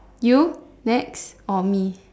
you next or me